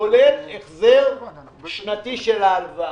כולל החזר שנתי של ההלוואה.